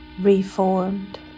reformed